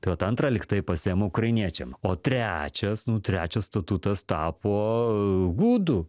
tai vat antrą lygtai pasiėmė ukrainiečiam o trečias nu trečias statutas tapo gudų